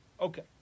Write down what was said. Okay